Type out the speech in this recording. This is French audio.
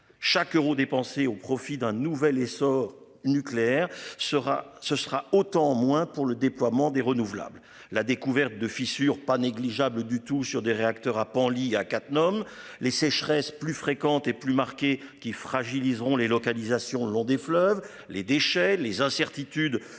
Chaque euro dépensé au profit d'un nouvel essor nucléaire sera, ce sera autant en moins pour le déploiement des renouvelables. La découverte de fissures pas négligeable du tout sur des réacteurs à Penly à quatre nomme les sécheresses plus fréquentes et plus marqué qui fragiliserait les localisations le long des fleuves, les déchets, les incertitudes sur un